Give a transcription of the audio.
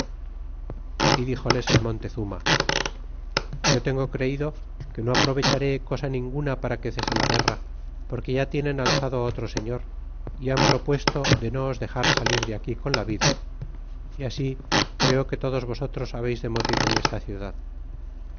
y dixoles el montezuma yo tengo creido que no aprovecharé cosa ninguna para que cese la guerra porque ya tienen alzado otro señor y han propuesto de no os dexar salir de aquí con la vida y así creo que todos vosotros habeis de morir en esta ciudad